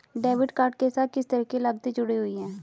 Debit card के साथ किस तरह की लागतें जुड़ी हुई हैं?